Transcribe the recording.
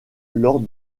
lors